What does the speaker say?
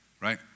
right